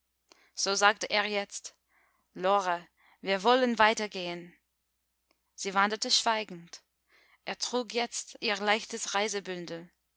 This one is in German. so sagte er jetzt lore wir wollen weitergehen sie wanderten schweigend er trug jetzt ihr leichtes